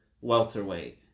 welterweight